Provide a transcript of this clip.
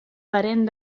parent